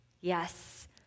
yes